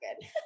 good